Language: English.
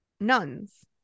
nuns